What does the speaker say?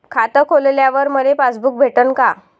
खातं खोलल्यावर मले पासबुक भेटन का?